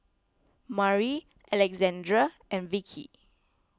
Murry Alexandra and Vickie